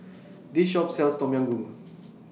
This Shop sells Tom Yam Goong